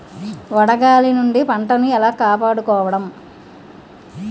వడగాలి నుండి పంటను ఏలా కాపాడుకోవడం?